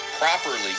properly